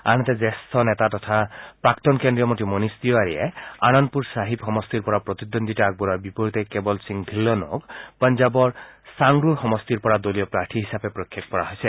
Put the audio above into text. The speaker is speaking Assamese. আনহাতে জ্যেষ্ঠ নেতা তথা প্ৰাক্তন কেন্দ্ৰীয় মন্ত্ৰী মনিয় তিৱাৰীয়ে আনন্দপূৰ ছাহিব সমষ্টিৰ পৰা প্ৰতিদ্বন্দ্বিতা আগবঢ়োৰ বিপৰীতে কেৱল সিং ঢিল্লোনক পঞ্জাৱৰ ছাংৰুৰ সমষ্টিৰ পৰা দলীয় প্ৰাৰ্থী হিচাপে প্ৰক্ষেপ কৰা হৈছে